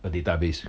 a database